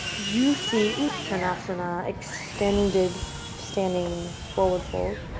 juicy uttanasana, extended standing forward fold.